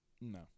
No